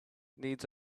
needs